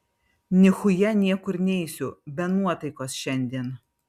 nichuja niekur neisiu be nuotaikos šiandien